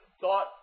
thought